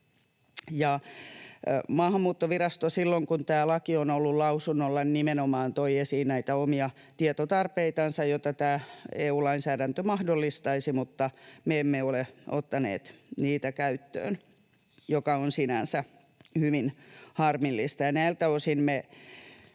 Maahanmuuttovirasto silloin, kun tämä laki on ollut lausunnolla, nimenomaan toi esiin näitä omia tietotarpeitansa, joita EU-lainsäädäntö mahdollistaisi, mutta me emme ole ottaneet niitä käyttöön, mikä on sinänsä hyvin harmillista. Näiltä osin me